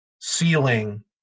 ceiling